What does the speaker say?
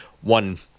one